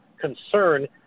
concern